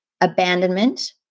abandonment